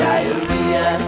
Diarrhea